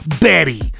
Betty